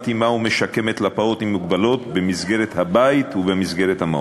מתאימה ומשקמת לפעוט עם מוגבלות במסגרת הבית והמעון.